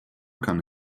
kann